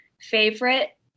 favorite